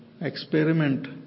experiment